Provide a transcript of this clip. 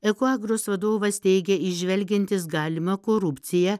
ekuagros vadovas teigė įžvelgiantis galimą korupciją